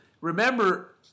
remember